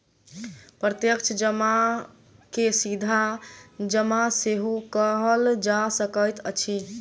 प्रत्यक्ष जमा के सीधा जमा सेहो कहल जा सकैत अछि